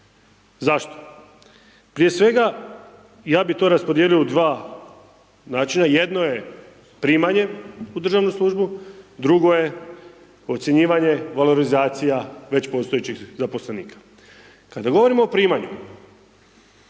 Zašto? Prije svega ja bi to raspodijelio u dva načina. Jedno je primanje u državnu službu, drugo je ocjenjivanje, valorizacija već postojećih zaposlenika. Kada govorimo o primanju,